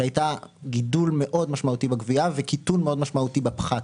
שהיה גידול מאוד משמעותי בגבייה וקיטון מאוד משמעותי בפחת,